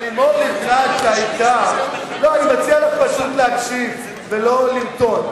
אני מציע לך פשוט להקשיב ולא לרטון.